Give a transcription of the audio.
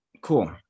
Cool